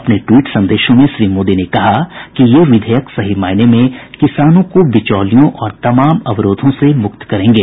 अपने ट्वीट संदेशों में श्री मोदी ने कहा कि ये विधेयक सही मायने में किसानों को बिचौलियों और तमाम अवरोधों से मुक्त करेंगे